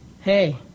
hey